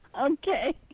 Okay